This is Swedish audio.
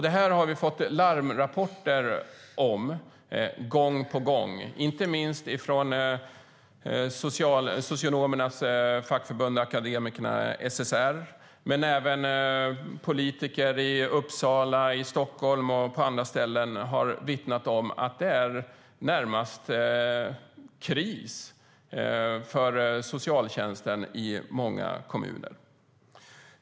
Det har vi fått larmrapporter om gång på gång inte minst från socionomernas fackförbund Akademikerförbundet SSR. Men även politiker i Uppsala, Stockholm och på andra ställen har vittnat om att det är närmast kris för socialtjänsten i många kommuner.